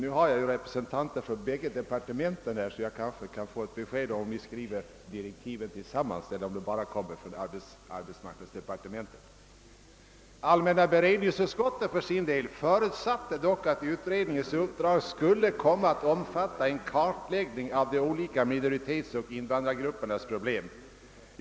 Nu finns representanter för båda departementen här i regeringsbänken, så jag kan kanske få ett besked om huruvida de skriver direktiven tillsammans eller om dessa bara kommer från inrikesdepartementet. Allmänna beredningsutskottet förutsatte, att utredningens uppdrag skulle komma att omfatta en kartläggning av de olika minoritetsoch invandrargruppernas problem.